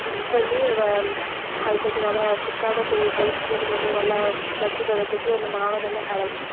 mix பண்ணி அது கொஞ்சம் நல்லா திக்கான பேஸ்ட் மாதிரி கொஞ்சம் நல்லா பஜ்ஜி பதத்துக்கு அந்த மாவை நல்லா கலக்கி